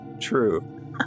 True